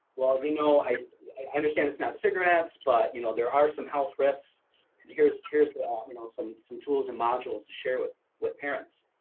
well you know i understand, it's not cigarettes, but you know there are some health risks and here's here's, ah you know, some some tools and modules to share with with parents.